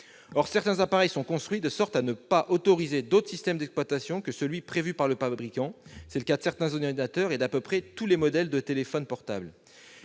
certains appareils sont construits de sorte à ne pas autoriser l'installation d'un autre système d'exploitation que celui prévu par le fabricant. C'est le cas de certains ordinateurs et d'à peu près tous les modèles de téléphones portables.